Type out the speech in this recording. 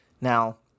Now